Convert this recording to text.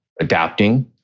adapting